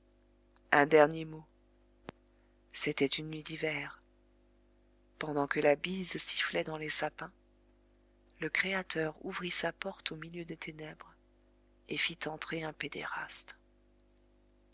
un dernier mot c'était une nuit d'hiver pendant que la bise sifflait dans les sapins le créateur ouvrit sa porte au milieu des ténèbres et fit entrer un pédéraste